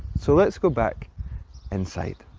so let's go back inside.